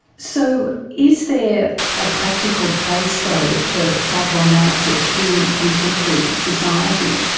so is there a practical place though for psychoanalysis in contemporary society?